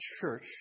church